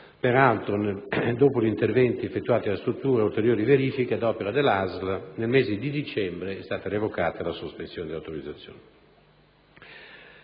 in atto. Dopo gli interventi effettuati nella struttura e le ulteriori verifiche ad opera della ASL, nel mese di dicembre è stata revocata la sospensione dell'autorizzazione.